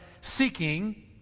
seeking